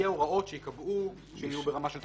יהיו הוראות שייקבעו שיהיו ברמה של תקנות.